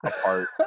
apart